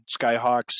skyhawks